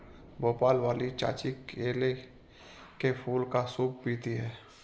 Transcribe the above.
भोपाल वाली चाची केले के फूल का सूप पीती हैं